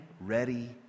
ready